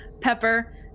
pepper